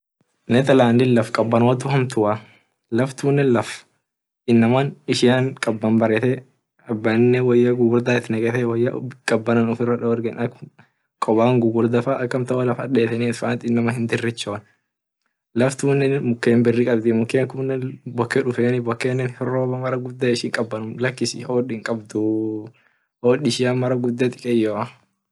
Netherland lf kabanotu hamtua laf tunne laf inama ishian kaban barete kabaninne woya gugurda itnekete woya kabana ufira dorgen kobana gugurda ak amtan wo laf hadeten fatin inama hiderechon laftune muken biri kabdi mukenkune boke dufeni hinroba hod hinkabdu mara kaban dufanii.